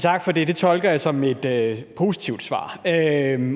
Tak for det. Det tolker jeg som et positivt svar,